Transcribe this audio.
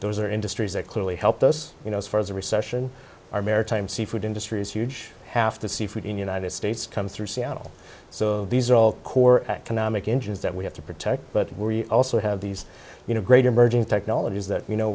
are industries that clearly helped us you know as far as the recession our maritime seafood industry is huge half the seafood in united states comes through seattle so these are all core economic engine that we have to protect but we also have these you know great emerging technologies that you know